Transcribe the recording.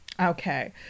Okay